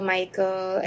Michael